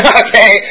okay